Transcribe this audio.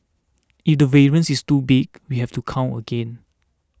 if the variance is too big we have to count again